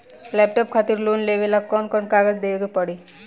Laptop खातिर loan लेवे ला कौन कौन कागज देवे के पड़ी?